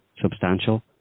substantial